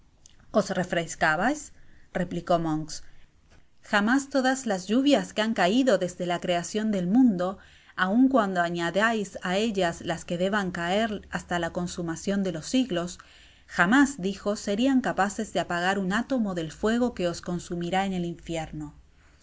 os refrescabais replicó monks jamás todas las lluvias que han caido desde la creacion del mundo aun cuando añadais á ella las que deban caer hasta la consumacion de los siglos jamás dijo serian capaces de apagar un átomo del fuego que os consumirá en el infierno